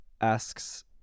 asks